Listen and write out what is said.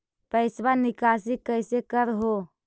पैसवा निकासी कैसे कर हो?